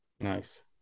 Nice